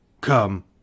Come